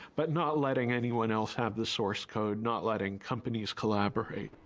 but not letting anyone else have the source code, not letting companies collaborate.